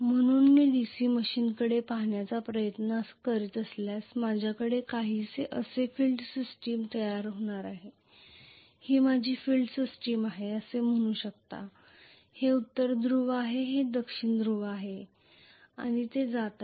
म्हणून मी DC मशीनकडे पाहण्याचा प्रयत्न करीत असल्यास माझ्याकडे काहीसे असे फील्ड सिस्टम असणार आहे ही माझी फील्ड सिस्टम आहे असे म्हणू शकता की हे उत्तर ध्रुव आहे हे दक्षिण ध्रुव आहे आणि ते जात आहे